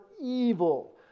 evil